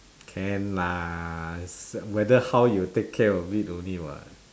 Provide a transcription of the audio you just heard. can lah it's whether how you take care of it only [what]